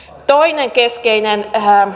toinen keskeinen